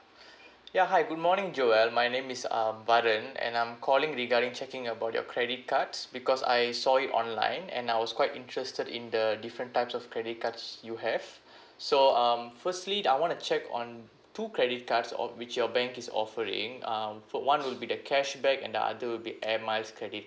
ya hi good morning joel my name is um varen and I'm calling regarding checking about your credit cards because I saw it online and I was quite interested in the different types of credit cards you have so um firstly I wanna check on two credit cards of which your bank is offering um for one would be the cashback and the other will be air miles credit